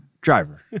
driver